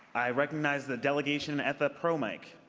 i recognize the delegation at the pro mic.